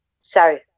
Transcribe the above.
Sorry